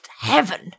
heaven